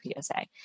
PSA